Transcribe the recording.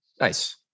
Nice